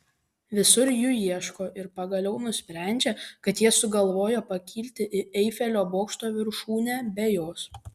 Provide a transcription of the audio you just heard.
visur jų ieško ir pagaliau nusprendžia kad jie sugalvojo pakilti į eifelio bokšto viršūnę be jos